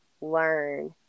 learn